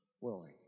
willing